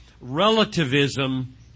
relativism